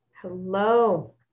Hello